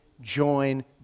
join